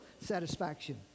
satisfaction